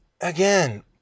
again